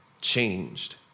changed